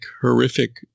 horrific